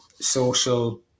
social